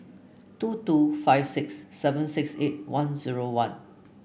two two five six seven six eight one zero one